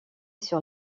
sur